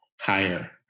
higher